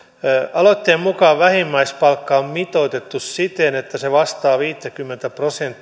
aloitteen mukaan vähimmäispalkka on mitoitettu siten että se vastaa viittäkymmentä prosenttia